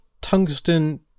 tungsten